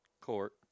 court